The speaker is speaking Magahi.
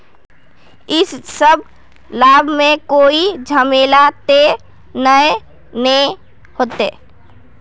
इ सब लाभ में कोई झमेला ते नय ने होते?